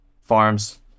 farms